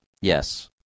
Yes